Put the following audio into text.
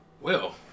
Well-